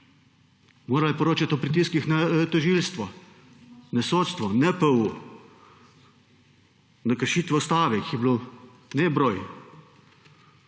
Morala je poročati o pritiskih na tožilstvo, na sodstvo, NPU, na kršitve Ustave, jih je bilo nebroj.